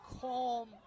Calm